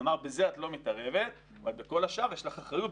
נאמר: בזה את לא מתערבת אבל בכל השאר יש לך אחריות,